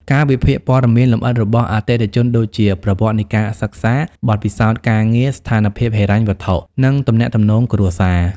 ការវិភាគព័ត៌មានលម្អិតរបស់អតិថិជនដូចជា ប្រវត្តិនៃការសិក្សា បទពិសោធន៍ការងារ ស្ថានភាពហិរញ្ញវត្ថុ និងទំនាក់ទំនងគ្រួសារ។